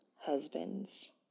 husbands